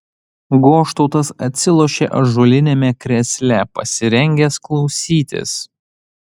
goštautas atsilošė ąžuoliniame krėsle pasirengęs klausytis